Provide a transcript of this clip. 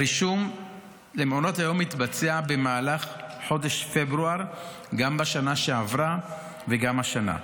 הרישום למעונות היום מתבצע במהלך חודש פברואר גם בשנה שעברה וגם השנה.